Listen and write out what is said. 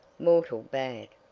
mortal bad!